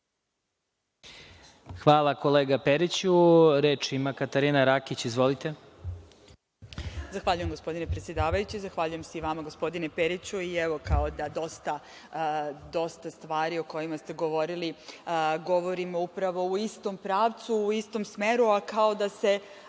Hvala, kolega Periću. Reč ima Katarina Rakić. Izvolite. **Katarina Rakić** Zahvaljujem, gospodine predsedavajući. Zahvaljujem se i vama, gospodine Periću. Dosta stvari o kojima ste govorili govorimo upravo u istom pravcu, u istom smeru, a kao da se